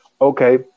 Okay